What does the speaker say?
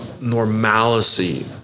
normalcy